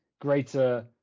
greater